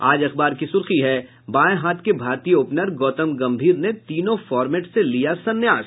आज अखबार की सुर्खी है बायें हाथ के भारतीय ओपनर गौतम गंभीर ने तीनों फॉर्मेट से लिया सन्यास